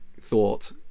thought